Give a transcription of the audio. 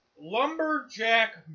Lumberjack